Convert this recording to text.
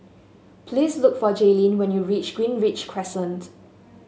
please look for Jaylyn when you reach Greenridge Crescent